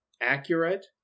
accurate